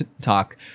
talk